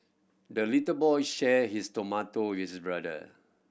the little boy shared his tomato with brother